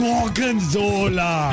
Gorgonzola